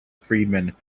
friedman